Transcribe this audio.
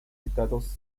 citados